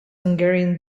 hungarian